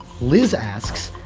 liz asks,